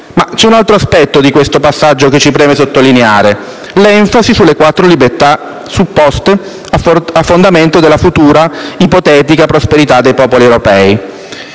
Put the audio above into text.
Ma c'è un altro aspetto di questo passaggio che ci preme sottolineare: l'enfasi sulle quattro libertà supposte a fondamento della futura, ipotetica prosperità dei popoli europei.